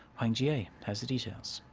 hwang ji-hye has the details.